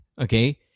Okay